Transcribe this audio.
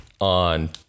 on